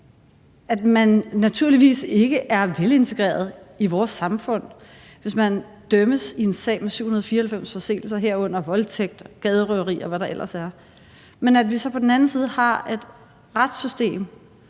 at man naturligvis ikke er velintegreret i vores samfund, hvis man dømmes i en sag med 794 forseelser, herunder voldtægt, gaderøverier og hvad der ellers er. Og så har vi et retssystem,